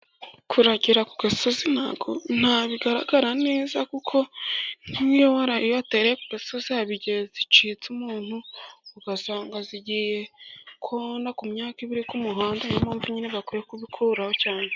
Kuragira ku gasozi ntibigaragara neza, kuko iyo uragiriye kugasozi haba igihe zicitse umuntu ugasanga zigiye kona imyaka iba iri ku umuhanda niyo mpamvu nyine bakwiye kubikuraho cyane.